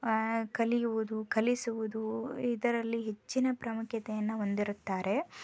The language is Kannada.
ಕಲಿಯುವುದು ಕಲಿಸುವುದು ಇದರಲ್ಲಿ ಹೆಚ್ಚಿನ ಪ್ರಾಮುಖ್ಯತೆಯನ್ನು ಹೊಂದಿರುತ್ತಾರೆ